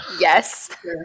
Yes